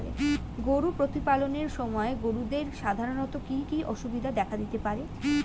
গরু প্রতিপালনের সময় গরুদের সাধারণত কি কি অসুবিধা দেখা দিতে পারে?